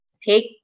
Take